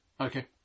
Okay